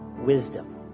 wisdom